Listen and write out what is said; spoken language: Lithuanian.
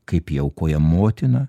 kaip jį aukoja motiną